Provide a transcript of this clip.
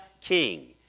King